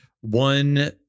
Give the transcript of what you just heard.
one